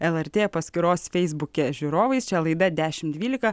lrt paskyros feisbuke žiūrovais čia laida dešim dvylika